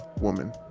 Woman